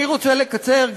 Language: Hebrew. אני רוצה לקצר,